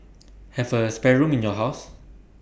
have A spare room in your house